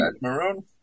Maroon